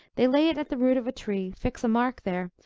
they lay it at the root of a tree, fix a mark there,